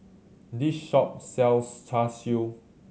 this shop sells Char Siu